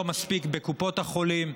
לא מספיק בקופות החולים.